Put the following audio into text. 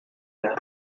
las